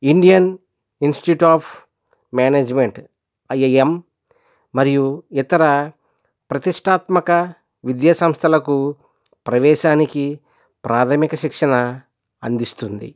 Indian Institute of Management IIM మరియు ఇతర ప్రతిష్టాత్మక విద్యా సంస్థలకు ప్రవేశానికి ప్రాథమిక శిక్షణ అందిస్తుంది